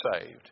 saved